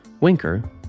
Winker